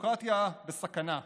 הדמוקרטיה בסכנה.